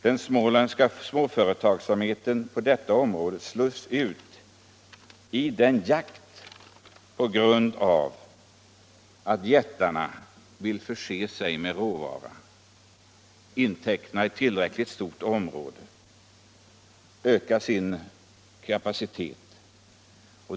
Den småländska företagsamheten på detta område slås ut i jakten på råvara i konkurrens med jättarna. De största företagen kan genom att inteckna ett tillräckligt stort utrymme öka sin kapacitet.